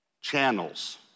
channels